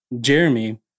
Jeremy